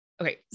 Okay